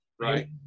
Right